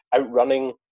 Outrunning